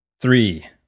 Three